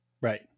right